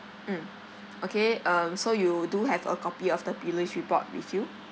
mm okay um so you do have a copy of the police report with you